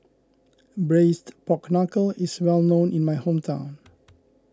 Braised Pork Knuckle is well known in my hometown